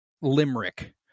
limerick